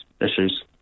issues